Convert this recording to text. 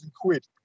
quid